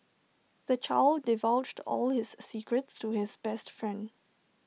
the child divulged all his secrets to his best friend